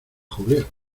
julia